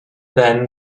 then